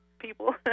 people